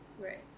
Right